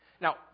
Now